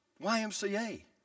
YMCA